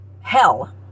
Hell